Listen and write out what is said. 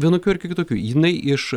vienokiu ar kitokiu jinai iš